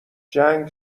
جنگ